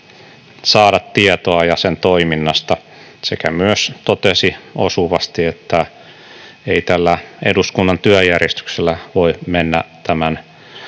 saada tietoa ja sen toiminnasta sekä myös totesi osuvasti, että ei tällä eduskunnan työjärjestyksellä voi mennä tämän